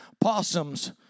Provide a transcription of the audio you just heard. possums